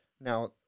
Now